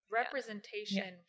representation